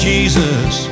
Jesus